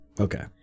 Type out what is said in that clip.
Okay